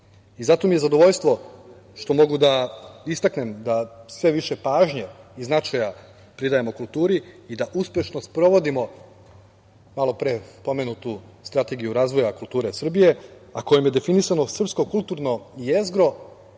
Zato mi je zadovoljstvo što mogu da istaknem da sve više pažnje i značaja pridajemo kulturi i da uspešno sprovodimo malopre pomenutu Strategiju razvoja kulture Srbije, a kojom je definisano srpsko kulturno jezgro